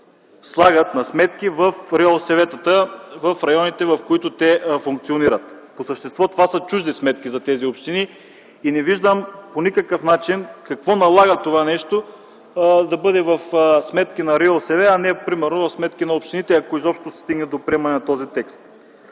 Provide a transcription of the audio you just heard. внасят по сметки в РИОСВ в районите, в които те функционират. По същество това са чужди сметки за тези общини и аз не виждам какво налага това нещо да бъде в сметки на РИОСВ, а не примерно в сметки на общините, ако изобщо се стигне до приемането на този текст.